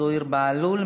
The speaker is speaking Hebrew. זוהיר בהלול,